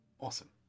Awesome